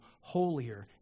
holier